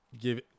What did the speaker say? Give